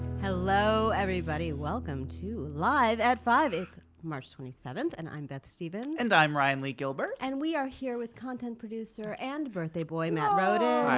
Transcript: hello everybody. welcome to live at five zero. it's march twenty seventh, and i'm beth stevens. and i'm ryan lee gilbert. and we are here with content producer and birthday boy matt rodin